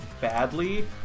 badly